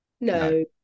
No